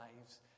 lives